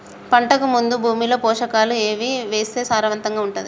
పంటకు ముందు భూమిలో పోషకాలు ఏవి వేస్తే సారవంతంగా ఉంటది?